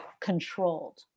controlled